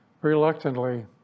reluctantly